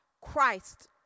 Christ